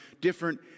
different